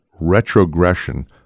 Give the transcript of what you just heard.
retrogression